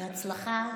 בהצלחה.